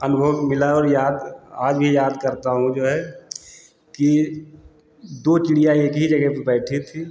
अनुभव मिला और याद आज भी याद करता हूँ जो है कि दो चिड़िया एक ही जगह पे बैठी थी